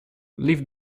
lift